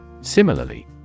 Similarly